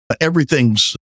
everything's